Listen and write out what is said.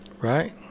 Right